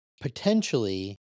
potentially